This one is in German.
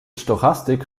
stochastik